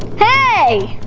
hey! oh!